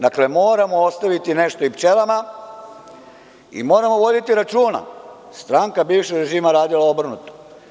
Dakle, moramo ostaviti nešto i pčelama i moramo voditi računa, stranka bivšeg režima radila je obrnuto.